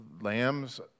lambs